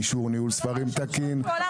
אישור ניהול ספרים תקין,